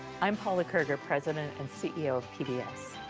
i'm paula, president and ceo of pbs.